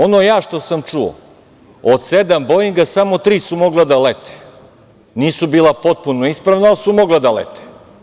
Ono ja što sam čuo, od sedam „Boinga“, samo tri su mogla da lete, nisu bila potpuno ispravna ali su mogla da lete.